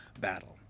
battle